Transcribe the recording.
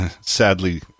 sadly